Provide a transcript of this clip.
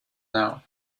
now